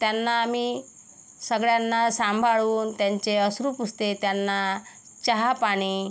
त्यांना आम्ही सगळ्यांना सांभाळून त्यांचे अश्रू पुसते त्यांना चहापाणी